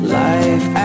life